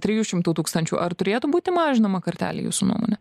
trijų šimtų tūkstančių ar turėtų būti mažinama kartelė jūsų nuomone